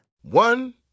One